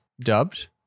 dubbed